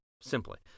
simply